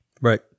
Right